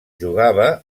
jugava